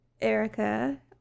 Erica